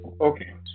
Okay